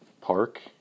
Park